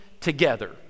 together